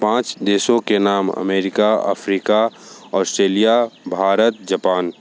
पाँच देशों के नाम America Africa Australia Bharat Japan